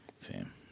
Fam